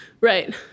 Right